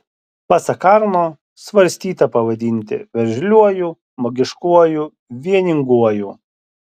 pasak arno svarstyta pavadinti veržliuoju magiškuoju vieninguoju